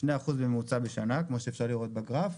2% בממוצע בשנה, כפי שאפשר לראות בגרף.